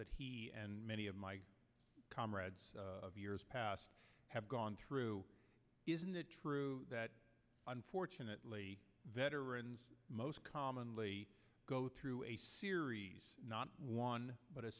that he and many of my comrades of years past have gone through that unfortunately veterans most commonly go through a series not one but a